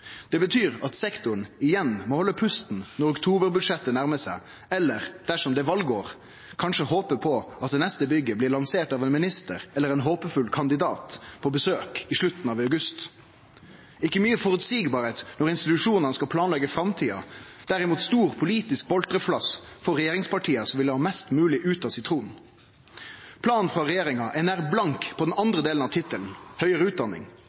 Det betyr at sektoren igjen må halde pusten når oktoberbudsjettet nærmar seg, eller – dersom det er valår – kanskje håpe på at det neste bygget blir lansert av ein minister eller ein håpefull kandidat på besøk i slutten av august. Det er ikkje mykje som er føreseieleg når institusjonane skal planleggje framtida, derimot stor politisk boltreplass for regjeringspartia, som vil ha mest mogleg ut av sitronen. Planen frå regjeringa er nær blank på den andre delen av tittelen, «høyere utdanning».